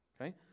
Okay